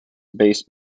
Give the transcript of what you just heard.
based